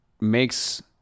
makes